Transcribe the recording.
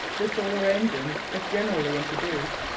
the solar engine, if generally introduced,